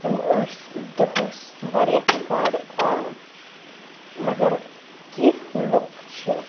تِم ٲسۍ دۄہَس واریاہ گاڈٕ کھالان مگر کیٚنٛہہ لُکھ چھِ